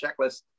checklist